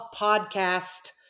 podcast